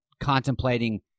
contemplating